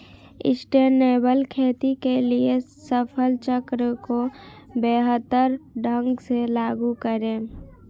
sustainable खेती के लिए फसल चक्र को बेहतर ढंग से लागू करें